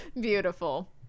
Beautiful